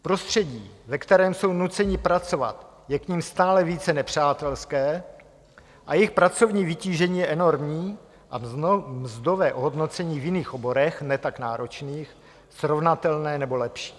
Prostředí, ve kterém jsou nuceni pracovat, je k nim stále více nepřátelské a jejich pracovní vytížení je enormní a mzdové ohodnocení v jiných oborech, ne tak náročných, srovnatelné nebo lepší.